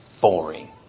boring